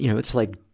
you know it's like,